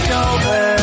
over